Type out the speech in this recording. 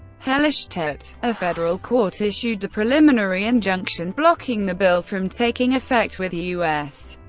hellerstedt, a federal court issued a preliminary injunction blocking the bill from taking effect, with u s.